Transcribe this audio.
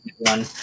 one